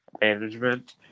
management